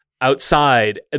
outside